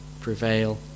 prevail